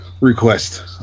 request